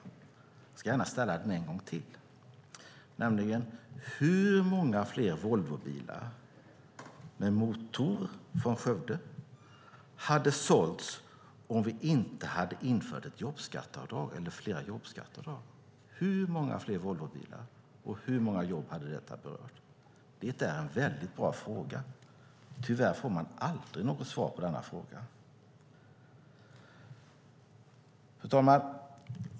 Jag ska gärna ställa den en gång till: Hur många fler Volvobilar med motor från Skövde hade sålts om vi inte hade infört ett eller flera jobbskatteavdrag? Och hur många jobb hade detta berört? Det är en mycket bra fråga. Tyvärr får man aldrig något svar på den. Fru talman!